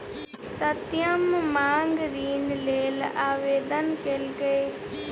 सत्यम माँग ऋण लेल आवेदन केलकै